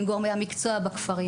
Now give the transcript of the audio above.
עם גורמי המקצוע בכפרים.